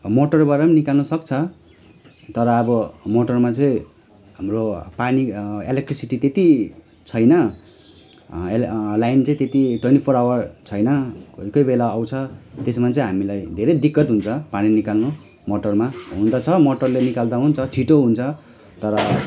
मोटरबाट निकाल्नसक्छ तर अब मोटरमा चाहिँ हाम्रो पानी इलेक्ट्रीसिटी त्यत्ति छैन लाइन चाहिँ त्यत्ति टाइम फर आवर छैन कोही कोही बेला आउँछ त्यसमा चाहिँ हामीलाई धेरै दिक्कत हुन्छ पानी निकाल्नु मोटरमा हुनु त छ मोटरले निकाल्दा हुन्छ छिटो हुन्छ तर